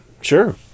sure